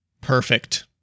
Perfect